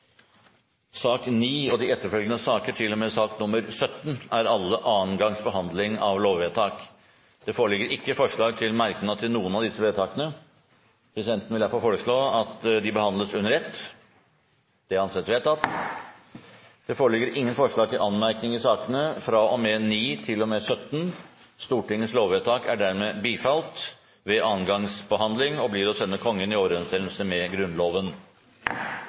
sak nr. 9 til og med sak nr. 17, er de alle annen gangs behandling av lovsaker. Siden det ikke foreligger merknader til noen av lovvedtakene, foreslår presidenten at vi behandler dem under ett. – Det anses vedtatt. Det foreligger ingen forslag til anmerkninger til noen av lovvedtakene. Stortingets lovvedtak er dermed bifalt ved annen gangs behandling og blir å sende Kongen i overensstemmelse med Grunnloven.